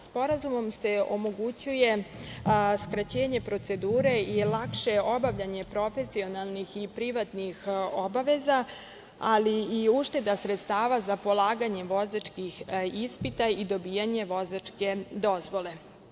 Sporazumom se omogućuje skraćenje procedure i lakše obavljanje profesionalnih i privatnih obaveza, ali i ušteda sredstava za polaganje vozačkih ispita i dobijanja vozačke dozvole.